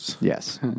Yes